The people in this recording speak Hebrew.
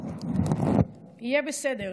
"יהיה בסדר",